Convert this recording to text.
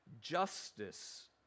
justice